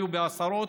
היו עשרות,